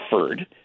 suffered